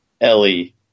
Ellie